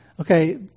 Okay